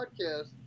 podcast